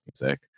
music